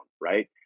Right